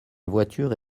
voiture